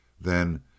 Then